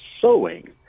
sewing